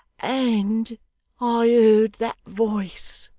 and i heard that voice